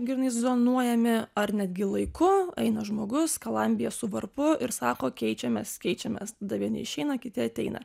grynai zonuojami ar netgi laiku eina žmogus skalambija su varpu ir sako keičiamės keičiamės tada vieni neišeina kiti ateina